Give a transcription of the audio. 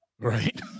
right